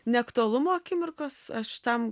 neaktualumo akimirkos aš tam